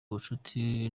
ubucuti